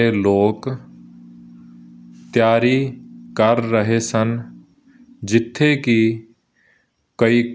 ਘੇਰਾ ਬਹੁਤ ਵੱਡਾ ਅਤੇ ਪੁਰਾਣਾ ਹੈ